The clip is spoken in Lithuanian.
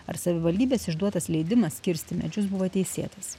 ar savivaldybės išduotas leidimas kirsti medžius buvo teisėtas